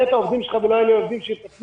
את העובדים שלך ולא יהיה לי עובדים שיטפלו?